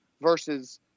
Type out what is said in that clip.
Versus